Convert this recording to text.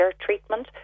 treatment